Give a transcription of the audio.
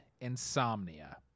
Insomnia